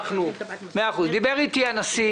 דיבר איתי הנשיא